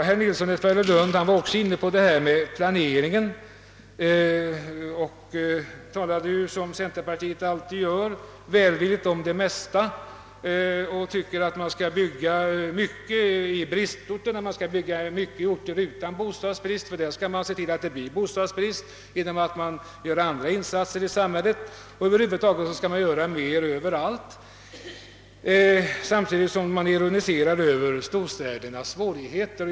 Herr Nilsson i Tvärålund gick in på planeringen och talade, som centerpartisterna alltid gör, välvilligt om det mesta. Han tyckte att man skall bygga mycket på bristorterna och även på orter utan bostadsbrist — ty där skall man se till att det blir bostadsbrist genom vissa andra insatser. Över huvud taget skall man, enligt centerns mening, göra mer överallt. Detta hävdar centerpartisterna samtidigt som de ironiserar över storstädernas svårigheter.